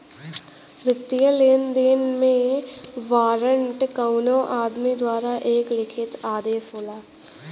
वित्तीय लेनदेन में वारंट कउनो आदमी द्वारा एक लिखित आदेश होला